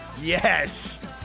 Yes